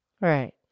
Right